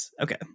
Okay